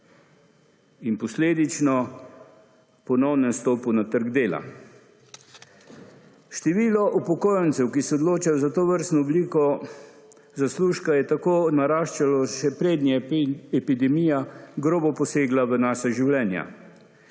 in posledično ponovni nastop na trgu dela. Število upokojencev, ki se odločajo za tovrstno obliko zaslužka je tako naraščalo še preden je epidemija grobo posegla v naša življenja,